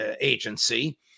agency